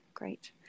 Great